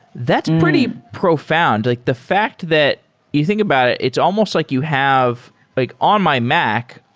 that's pretty profound. like the fact that you think about it, it's almost like you have like on my mac,